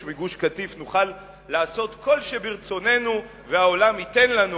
מגוש-קטיף נוכל לעשות כל שברצוננו והעולם ייתן לנו,